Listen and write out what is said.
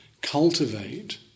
cultivate